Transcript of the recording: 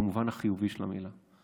במובן החיובי של המילה,